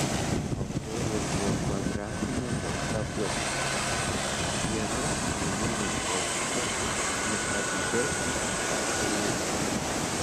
altorius buvo kvadratinė balta platforma viena akmeninė plokštė ne ką didesnė už pačią liusę